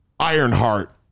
Ironheart